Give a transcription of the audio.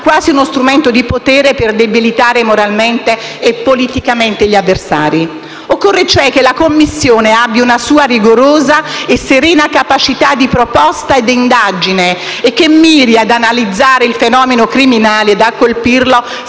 quasi uno strumento di potere per debilitare moralmente e politicamente gli avversari. Occorre, cioè, che la Commissione abbia una sua rigorosa e serena capacità di proposta e di indagine e che miri ad analizzare il fenomeno criminale ed a colpirlo sia in